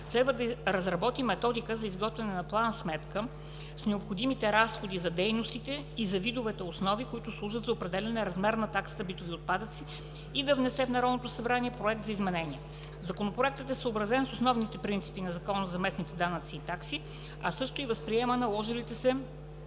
следва да разработи методика за изготвяне на план-сметка с необходимите разходи за дейностите и за видовете основи, които служат за определяне размера на таксата за битови отпадъци, и да внесе в Народното събрание Проект за изменение. Законопроектът е съобразен с основните принципи в Закона за местните данъци и такси, а също и възприема наложилите се